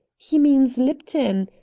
he means lipton!